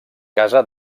casa